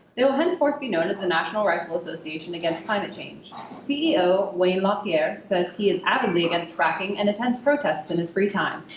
they will hence forth be known as the natural rifle association against climate change. ceo, wayne lapierre says he is avidly against fracking and attempts protests in his free time.